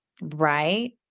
right